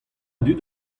dud